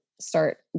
start